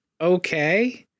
okay